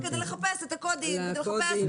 כדי לחפש את הקודים, כדי לחפש --- הקודים.